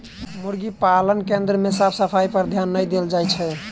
मुर्गी पालन केन्द्र मे साफ सफाइपर ध्यान नै देल जाइत छै